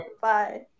Bye